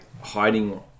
hiding